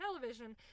television